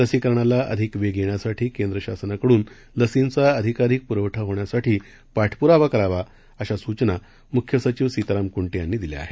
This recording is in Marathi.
लसीकरणाला अधिक वेग येण्यासाठी केंद्र शासनाकडून लसींचा अधिकाधिक पुरवठा होण्यासाठी पाठपुरावा करावा अशा सूचना मुख्य सचिव सीताराम कुंटे यांनी दिल्या आहेत